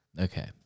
okay